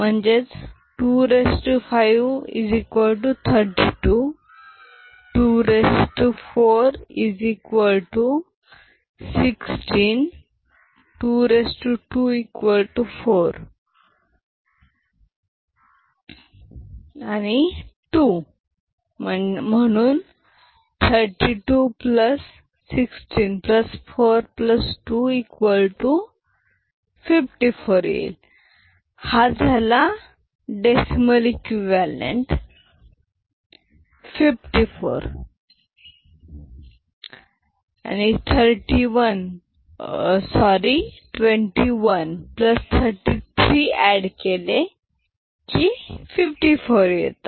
म्हणजे 25 32 24 16 224 2 32164254 हा झाला इक्विवलेंत 54 आणि 2133 केले की 54 येईल